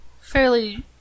fairly